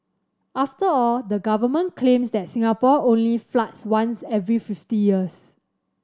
after all the government claims that Singapore only floods once every fifty years